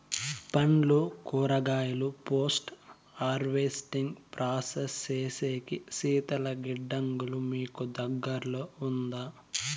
పండ్లు కూరగాయలు post harvesting process సేసేకి శీతల గిడ్డంగులు మీకు దగ్గర్లో ఉందా?